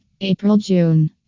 April-June